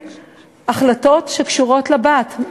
לתמוך